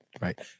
Right